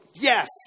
Yes